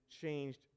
changed